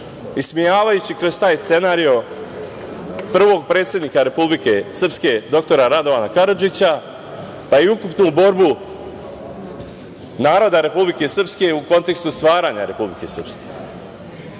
ismejavajući kroz taj scenario prvog predsednika Republike Srpske, dr Radovana Karadžića, pa i ukupnu borbu naroda Republike Srpske u kontekstu stvaranja Republike Srpske.